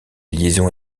liaisons